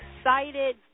excited